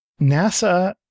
NASA